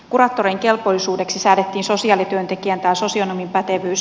kuraattorien kelpoisuudeksi säädettiin sosiaalityöntekijän tai sosionomin pätevyys